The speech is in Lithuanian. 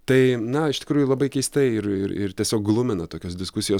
tai na iš tikrųjų labai keistai ir ir ir tiesiog glumina tokios diskusijos